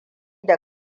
da